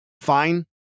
fine